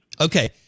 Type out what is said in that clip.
Okay